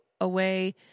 away